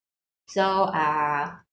so uh